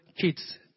kids